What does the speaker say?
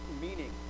meaning